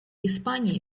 испании